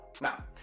now